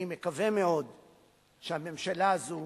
אני מקווה מאוד שהממשלה הזו